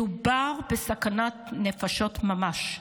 מדובר בסכנת נפשות ממש.